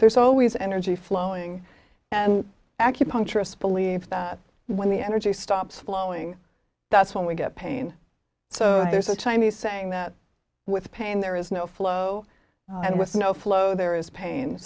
there's always energy flowing and acupuncturist believe that when the energy stops flowing that's when we get pain so there's a chinese saying that with pain there is no flow and with no flow there is pain